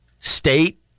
state